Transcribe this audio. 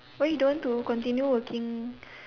why you don't want to continue working